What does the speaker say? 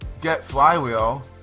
GetFlywheel